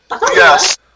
Yes